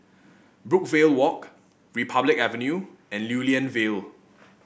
Brookvale Walk Republic Avenue and Lew Lian Vale